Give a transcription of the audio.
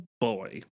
boy